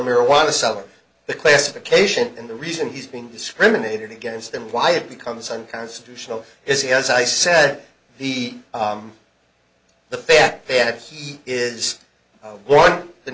marijuana seller the classification and the reason he's being discriminated against and why it becomes unconstitutional is he as i said he the fact that he is